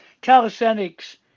calisthenics